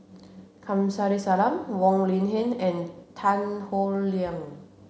Kamsari Salam Wong Lin Ken and Tan Howe Liang